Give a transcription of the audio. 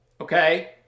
okay